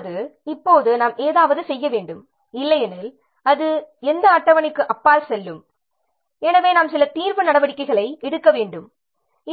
அதாவது இப்போது நாம் ஏதாவது செய்ய வேண்டும் இல்லையெனில் அது எந்த அட்டவணைக்கு அப்பால் செல்லும் எனவே நாம் சில தீர்வு நடவடிக்கைகளை எடுக்க வேண்டும்